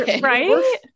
Right